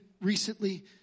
recently